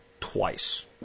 Twice